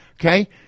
Okay